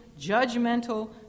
judgmental